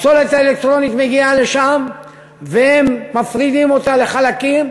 הפסולת האלקטרונית מגיעה לשם והם מפרידה אותה לחלקים,